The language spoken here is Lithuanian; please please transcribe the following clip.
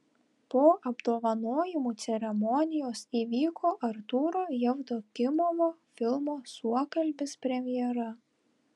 po apdovanojimų ceremonijos įvyko artūro jevdokimovo filmo suokalbis premjera